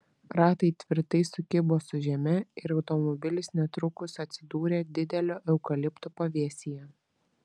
ratai tvirtai sukibo su žeme ir automobilis netrukus atsidūrė didelio eukalipto pavėsyje